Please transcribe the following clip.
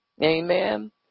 Amen